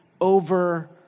over